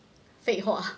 废话